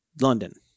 London